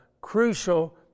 crucial